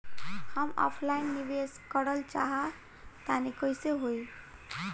हम ऑफलाइन निवेस करलऽ चाह तनि कइसे होई?